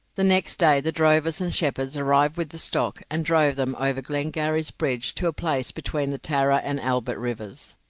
the next day the drovers and shepherds arrived with the stock, and drove them over glengarry's bridge to a place between the tarra and albert rivers,